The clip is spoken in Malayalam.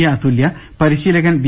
എ അതുല്യ പരിശീലകൻ വി